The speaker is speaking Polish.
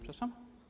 Proszę?